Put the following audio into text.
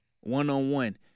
One-on-one